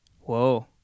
Whoa